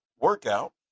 workout